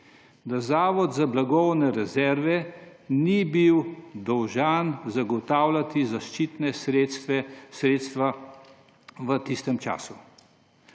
da Zavod za blagovne rezerve ni bil dolžan zagotavljati zaščitnih sredstev v tistem času.